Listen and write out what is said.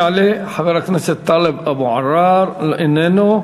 יעלה חבר הכנסת טלב אבו עראר, איננו,